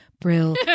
Brill